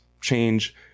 change